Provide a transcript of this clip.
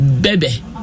baby